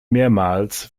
mehrmals